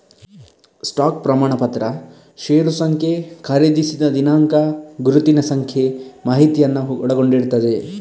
stock ಪ್ರಮಾಣಪತ್ರ ಷೇರು ಸಂಖ್ಯೆ, ಖರೀದಿಸಿದ ದಿನಾಂಕ, ಗುರುತಿನ ಸಂಖ್ಯೆ ಮಾಹಿತಿಯನ್ನ ಒಳಗೊಂಡಿರ್ತದೆ